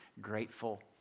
grateful